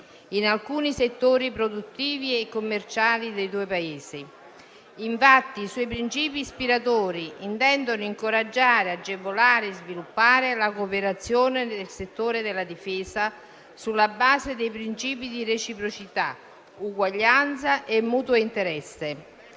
in alcuni settori produttivi e commerciali dei due Paesi. Infatti i suoi princìpi ispiratori intendono incoraggiare, agevolare e sviluppare la cooperazione nel settore della difesa, sulla base dei princìpi di reciprocità, uguaglianza e mutuo interesse,